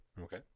Okay